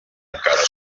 encara